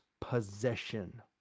possession